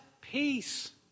peace